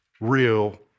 real